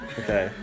okay